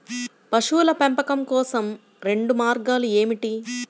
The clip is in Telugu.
పశువుల పెంపకం కోసం రెండు మార్గాలు ఏమిటీ?